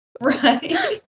right